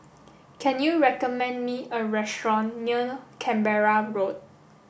can you recommend me a restaurant near Canberra Road